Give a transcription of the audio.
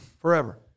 Forever